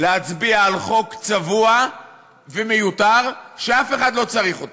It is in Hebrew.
להצביע על חוק צבוע ומיותר, שאף אחד לא צריך אותו.